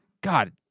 God